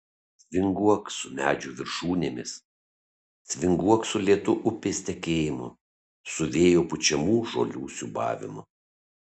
svinguok su medžių viršūnėmis svinguok su lėtu upės tekėjimu su vėjo pučiamų žolių siūbavimu